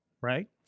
Right